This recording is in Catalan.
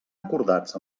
acordats